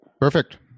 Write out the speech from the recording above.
Perfect